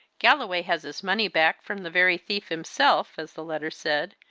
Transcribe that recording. galloway has his money back from the very thief himself, as the letter said,